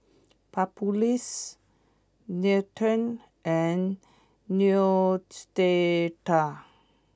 Papulex Nutren and Neostrata